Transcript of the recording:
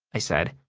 i said.